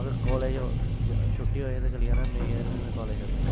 अगर कालेज छुट्टी होए ते चली जाना नी होए ते फ्ही में कालेज चली जाना